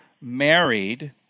married